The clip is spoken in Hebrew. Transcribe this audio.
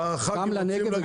גם לנגב.